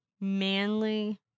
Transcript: manly